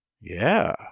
Yeah